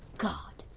god,